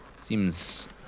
Seems